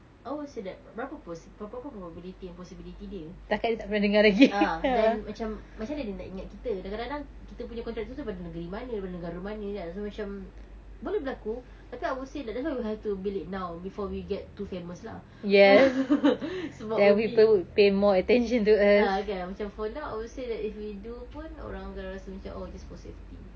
I would say that berapa pos~ berapa probability dan possibility dia ah then macam macam mana dia nak ingat kita kadang-kadang kita punya contractor tu pada negeri mana pada negara mana kan so macam boleh berlaku tapi I would say that's why we have to build it now before we get too famous lah sebab maybe ah kan macam for now I would say that if we pun orang akan rasa oh this for safety